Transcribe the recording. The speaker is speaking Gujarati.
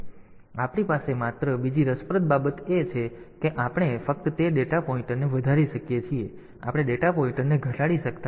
તેથી આપણી પાસે માત્ર બીજી રસપ્રદ બાબત એ છે કે આપણે ફક્ત તે ડેટા પોઇન્ટરને વધારી શકીએ છીએ આપણે ડેટા પોઇન્ટરને ઘટાડી શકતા નથી